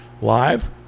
live